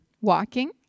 Walking